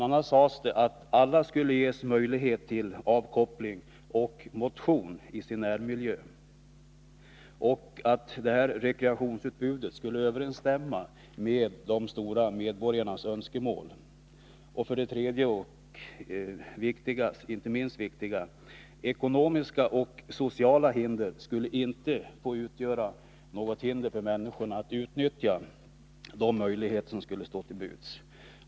a. uttalades att alla Rekreationspoliskulle ges möjlighet till avkoppling och motion i sin närmiljö och att tiken rekreationsutbudet skulle överensstämma med de många medborgarnas önskemål. Dessutom skulle inte — och det är inte det minst viktiga — ekonomiska och sociala förhållanden få utgöra något hinder för människorna att utnyttja de möjligheter som stod till buds.